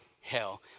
hell